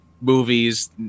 movies